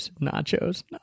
nachos